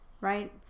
right